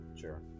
sure